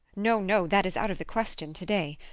no, no! that is out of the question today.